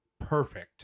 perfect